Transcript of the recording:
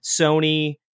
Sony